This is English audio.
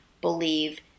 believe